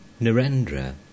Narendra